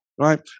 right